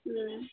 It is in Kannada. ಹ್ಞೂ